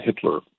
Hitler